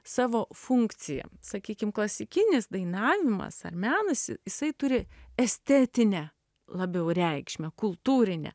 savo funkciją sakykim klasikinis dainavimas ar menas jisai turi estetinę labiau reikšmę kultūrinę